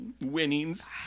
winnings